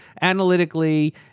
analytically